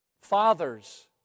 Fathers